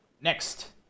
next